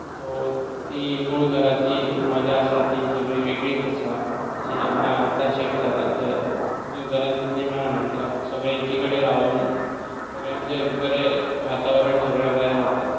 so ती मूळ घराची मजा आसा ती सगळी वेगळीच आसा जी हांगा आतां शिफ्ट जाला थंय न्यू घरांत तितली मेळनात सगळीं एकी कडेन रावून सगळ्यांचें बरें वातावरण सगळें बरें जाता